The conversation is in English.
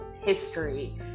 history